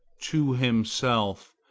to himself,